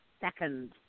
second